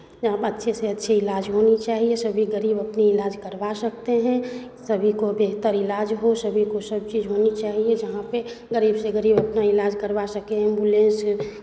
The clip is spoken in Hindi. जहाँ पे अच्छे से अच्छे इलाज होनी चाहिए सभी गरीब अपने इलाज करवा सकते हैं सभी को बेहतर इलाज हो सभी को सब चीज होनी चाहिए जहाँ पे गरीब से गरीब अपना इलाज करवा सके एम्बुलेंस